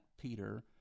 Peter